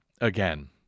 again